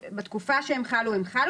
בוקר טוב, היום יום חמישי.